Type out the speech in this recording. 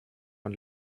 und